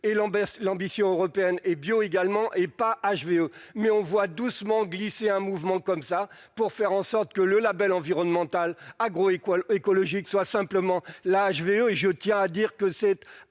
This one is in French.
l'ambition européenne et bio également et pas achevée mais on voit doucement glisser un mouvement comme ça pour faire en sorte que le Label environnemental agro- equal écologique soit simplement la HVE et je tiens à dire que cette